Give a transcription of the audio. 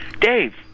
Dave